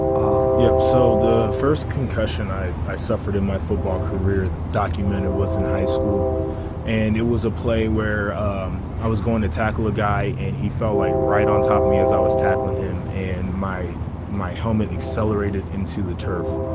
um yeah so the first concussion i i suffered in my football career document it was in high school and it was was a play where um i was going to tackle a guy and he fell like right on top of me as i was tackling him and my my helmet accelerated into the turf